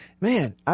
man